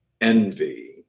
envy